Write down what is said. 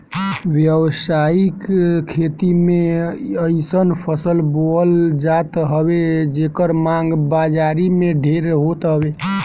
व्यावसायिक खेती में अइसन फसल बोअल जात हवे जेकर मांग बाजारी में ढेर होत हवे